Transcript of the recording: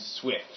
Swift